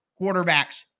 quarterbacks